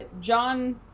John